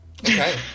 okay